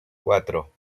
cuatro